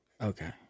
Okay